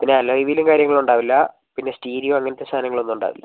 പിന്നെ അലോയിവീലും കാര്യങ്ങളും ഉണ്ടാവില്ല പിന്നെ സ്റ്റീരിയോ അങ്ങനത്തെ സാധനങ്ങളൊന്നും ഉണ്ടാവില്ല